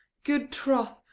good troth,